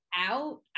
out